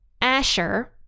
Asher